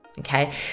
Okay